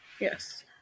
Yes